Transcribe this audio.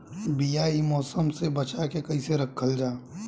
बीया ए मौसम में बचा के कइसे रखल जा?